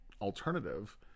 alternative